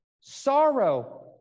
sorrow